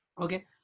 Okay